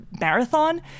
marathon